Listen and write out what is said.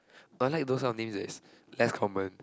but like those kind of name that is less common